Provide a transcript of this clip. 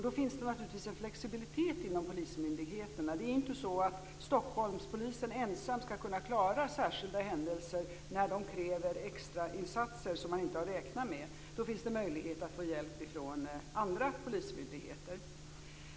Då finns det naturligtvis en flexibilitet inom polismyndigheterna. Stockholmspolisen skall ju inte ensam kunna klara särskilda händelser som kräver extrainsatser som man inte har räknat med. Då finns det möjlighet att få hjälp från andra polismyndigheter.